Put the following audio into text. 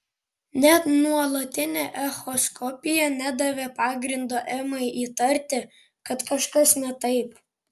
net nuolatinė echoskopija nedavė pagrindo emai įtarti kad kažkas ne taip